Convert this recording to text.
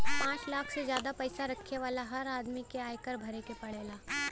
पांच लाख से जादा पईसा रखे वाला हर आदमी के आयकर भरे के पड़ेला